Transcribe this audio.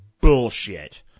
bullshit